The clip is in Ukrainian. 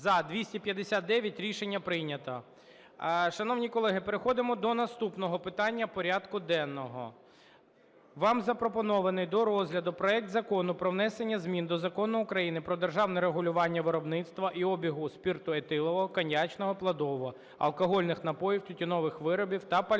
За-259 Рішення прийнято. Шановні колеги, переходимо до наступного питання порядку денного. Вам запропонований до розгляду проект Закону про внесення змін до Закону України "Про державне регулювання виробництва і обігу спирту етилового, коньячного і плодового, алкогольних напоїв, тютюнових виробів та пального"